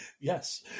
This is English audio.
Yes